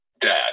Dad